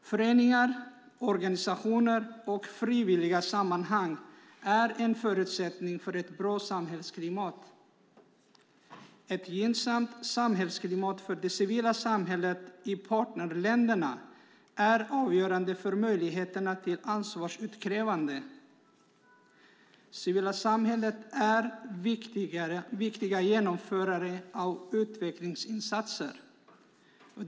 Föreningar, organisationer och frivilliga sammanslutningar är en förutsättning för ett bra samhällsklimat. Ett gynnsamt samhällsklimat för det civila samhället i partnerländerna är avgörande för möjligheterna till ansvarsutkrävande. Det civila samhället är viktiga genomförare av utvecklingsinsatser.